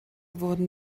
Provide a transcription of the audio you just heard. wurden